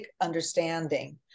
understanding